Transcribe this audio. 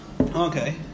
Okay